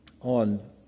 on